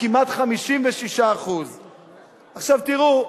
כמעט 56%. עכשיו תראו,